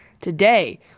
Today